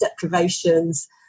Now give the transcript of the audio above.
deprivations